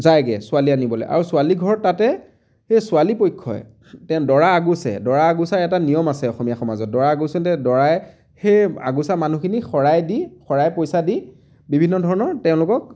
যায়গৈ ছোৱালী আনিবলৈ আৰু ছোৱালীঘৰত তাতে সেই ছোৱালী পক্ষই তেন দৰা আগচে দৰা আগচাৰ এটা নিয়ম আছে অসমীয়া সমাজত দৰা আগচোঁতে দৰাই সেই আগচা মানুহখিনিক শৰাই দি শৰাই পইচা দি বিভিন্ন ধৰণৰ তেওঁলোকক